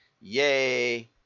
Yay